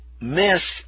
miss